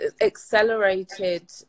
accelerated